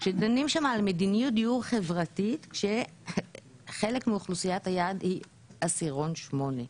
שדנים שם על מדיניות דיור חברתי שחלק מאוכלוסיית היעד היא עשירון שמונה.